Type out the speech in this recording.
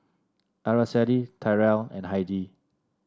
Araceli Tyrell and Heidi